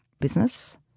business